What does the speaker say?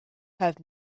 have